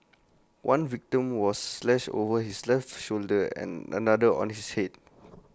one victim was slashed over his left shoulder and another on his Head